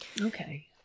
Okay